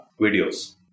videos